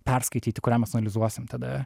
perskaityti kurią mes analizuosim tada